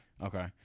Okay